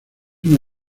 una